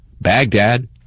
Baghdad